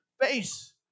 face